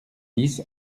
dix